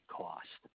cost